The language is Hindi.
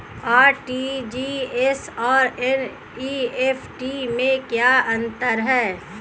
आर.टी.जी.एस और एन.ई.एफ.टी में क्या अंतर है?